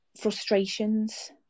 frustrations